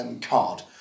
card